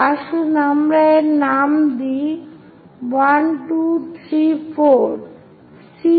আসুন আমরা এর নাম 1 2 3 4 রাখি